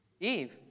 Eve